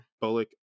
bullock